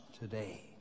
today